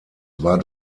war